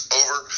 over